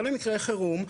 מיועד יותר למקרי חירום.